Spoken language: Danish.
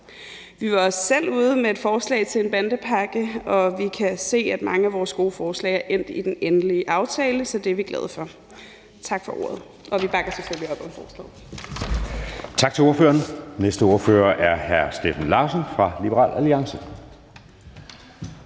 Vi var også selv ude med et forslag til en bandepakke, og vi kan se, at mange af vores gode forslag er endt i den endelige aftale, så det er vi glade for, og vi bakker selvfølgelig op om forslaget.